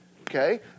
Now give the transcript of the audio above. okay